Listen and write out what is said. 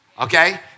Okay